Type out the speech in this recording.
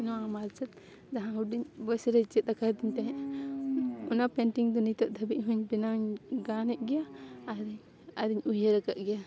ᱱᱚᱣᱟ ᱡᱟᱦᱟᱸ ᱦᱩᱰᱤᱧ ᱵᱟᱹᱭᱥᱟᱹᱣ ᱨᱮ ᱪᱮᱫ ᱟᱹᱫᱤᱧ ᱛᱟᱦᱮᱸᱜᱼᱟ ᱚᱱᱟ ᱯᱮᱱᱴᱤᱝ ᱫᱚ ᱱᱤᱛᱳᱜ ᱫᱷᱟᱹᱵᱤᱡ ᱦᱚᱧ ᱵᱮᱱᱟᱣ ᱜᱟᱱᱮᱜ ᱜᱮᱭᱟ ᱟᱨᱤᱧ ᱩᱭᱦᱟᱹᱨ ᱟᱠᱟᱫ ᱜᱮᱭᱟ